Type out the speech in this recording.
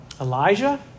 Elijah